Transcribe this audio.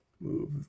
move